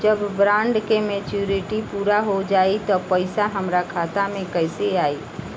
जब बॉन्ड के मेचूरिटि पूरा हो जायी त पईसा हमरा खाता मे कैसे आई?